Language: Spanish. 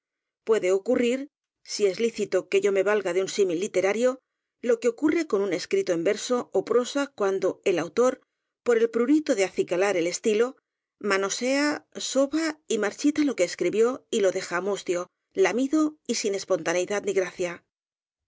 puede ocurrir si es lícito que yo me valga de un símil literario lo que ocurre con un escrito en verso ó prosa cuando el autor por el prurito de acicalar el estilo manosea soba y mar chita lo que escribió y lo deja mustio lamido y sin espontaneidad ni gracia